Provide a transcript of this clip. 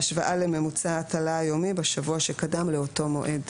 בהשוואה לממוצע ההטלה היומי בשבוע שקדם לאותו מועד.